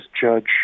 judge